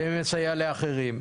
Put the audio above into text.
ומסייע לאחרים,